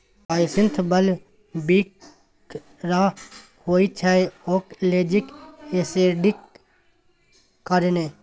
hyacinth bulb बिखाह होइ छै आक्जेलिक एसिडक कारणेँ